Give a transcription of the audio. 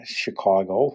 chicago